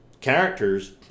Characters